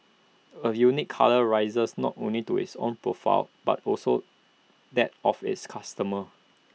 A unique colour raises not only to its own profile but also that of its customers